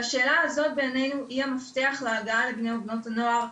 והשאלה הזאת בעינינו היא המפתח להגעה לבני ובנות הנוער.